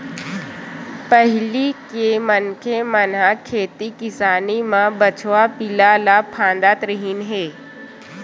पहिली के मनखे मन ह खेती किसानी म बछवा पिला ल फाँदत रिहिन हे